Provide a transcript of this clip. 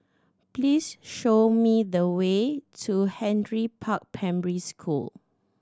please show me the way to Henry Park Primary School